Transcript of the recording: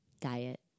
diet